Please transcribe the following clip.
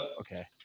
Okay